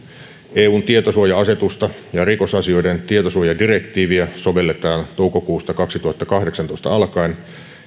eun tietosuoja asetusta ja rikosasioiden tietosuojadirektiiviä sovelletaan toukokuusta kaksituhattakahdeksantoista alkaen